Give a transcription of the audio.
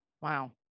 Wow